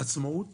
עצמאות